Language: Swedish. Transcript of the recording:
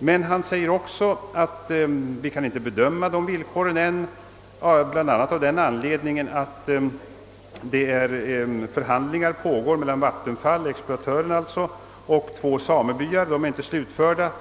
Han anför emellertid att man ännu inte kan bedöma dessa villkor, bl.a. av den anledningen att förhandlingar pågår mellan vattenfallsstyrelsen, d.v.s. exploatören, och två samebyar.